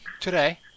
Today